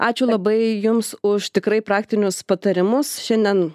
ačiū labai jums už tikrai praktinius patarimus šiandien